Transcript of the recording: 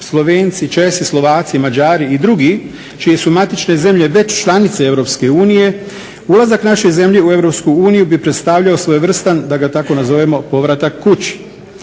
Slovenci, Česi, Mađari, Slovaci i dr. čije su matične zemlje već članice EU, ulazak naše zemlje u EU bi predstavljao svojevrstan da ga tako nazovemo povratak kući.